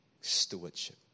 stewardship